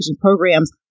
programs